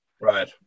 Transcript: Right